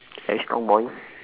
yes strong boy